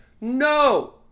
No